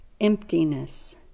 emptiness